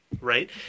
Right